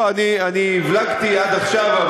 אני הבלגתי עד עכשיו,